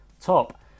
top